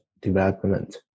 development